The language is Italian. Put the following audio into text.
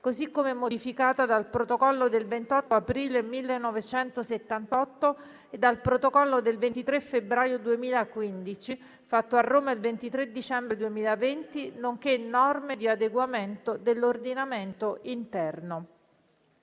così come modificata dal Protocollo del 28 aprile 1978 e dal Protocollo del 23 febbraio 2015, fatto a Roma il 23 dicembre 2020, nonché norme di adeguamento dell'ordinamento interno"